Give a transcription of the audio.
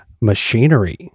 machinery